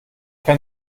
kann